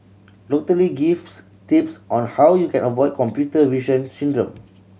Doctor Lee gives tips on how you can avoid computer vision syndrome